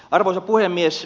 arvoisa puhemies